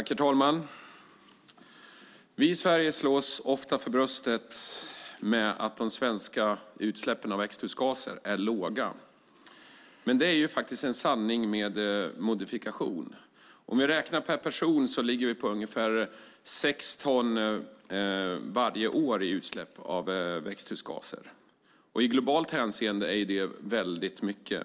Herr talman! Vi i Sverige slår oss ofta för bröstet med att de svenska utsläppen av växthusgaser är låga. Det är en sanning med modifikation. Om vi räknar per person ligger vi på ungefär sex ton varje år i utsläpp av växthusgaser. I globalt hänseende är det väldigt mycket.